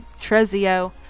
Trezio